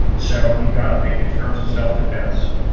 so you've got to think in terms of self-defense,